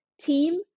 team